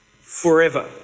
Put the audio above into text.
forever